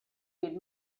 need